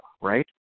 right